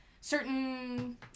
certain